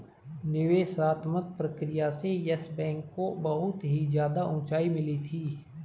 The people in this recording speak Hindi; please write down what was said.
निवेशात्मक प्रक्रिया से येस बैंक को बहुत ही ज्यादा उंचाई मिली थी